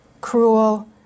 cruel